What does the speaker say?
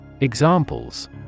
Examples